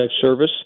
Service